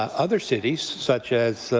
um other cities such as